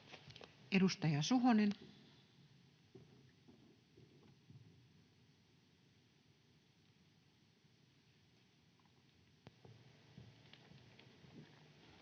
Edustaja Suhonen. [Speech